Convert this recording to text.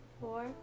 Four